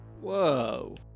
Whoa